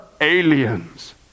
aliens